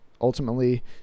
ultimately